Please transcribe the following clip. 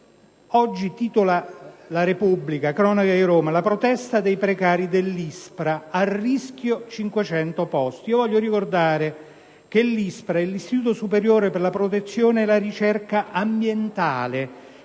Roma, titola: «La protesta dei precari dell'ISPRA: a rischio cinquecento posti». Voglio ricordare che l'ISPRA è l'Istituto superiore per la protezione e la ricerca ambientale